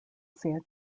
san